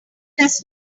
does